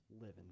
living